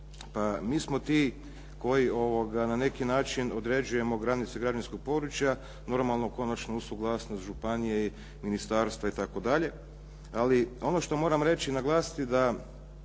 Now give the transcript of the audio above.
mi smo ti koji na neki način određujemo granice građevinskog područja, normalno konačno uz suglasnost županije i ministarstva i tako dalje. Ali ono što moram reći i naglasiti da